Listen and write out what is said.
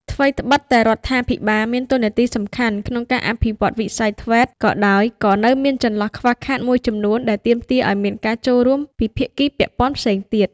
ថ្វីដ្បិតតែរដ្ឋាភិបាលមានតួនាទីសំខាន់ក្នុងការអភិវឌ្ឍវិស័យ ធ្វេត TVET ក៏ដោយ ក៏នៅមានចន្លោះខ្វះខាតមួយចំនួនដែលទាមទារឱ្យមានការចូលរួមពីភាគីពាក់ព័ន្ធផ្សេងទៀត។